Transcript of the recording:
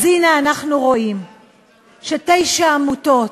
אז הנה אנחנו רואים שתשע עמותות,